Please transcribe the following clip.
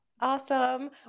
Awesome